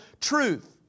truth